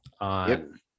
on